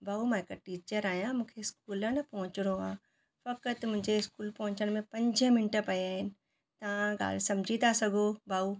भाऊ मां हिकु टीचर आहियां मूंखे स्कूलनि पहुचणो आहे फ़क़ति मुंहिंजे स्कूल पहुचण में पंज मिंट पिया आहिनि तव्हां ॻाल्हि सम्झी था सघो भाऊ